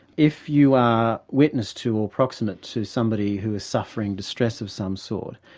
if you are witness to or proximate to somebody who is suffering distress of some sort,